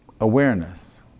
awareness